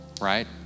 right